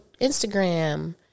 Instagram